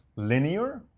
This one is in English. linear,